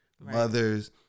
mothers